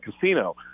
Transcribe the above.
casino